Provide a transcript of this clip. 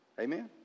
Amen